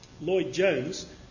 Lloyd-Jones